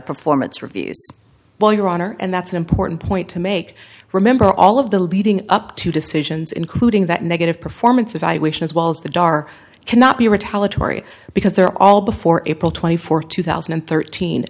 performance reviews well your honor and that's an important point to make remember all of the leading up to decisions including that negative performance evaluation as well as the dar cannot be retaliatory because they're all before it will twenty fourth two thousand and thirteen